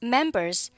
Members